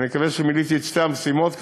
אני מקווה שכבר מילאתי את שתי המשימות.